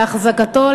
להחזקתו,